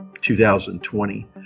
2020